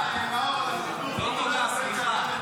התשפ"ה 2025, נתקבל.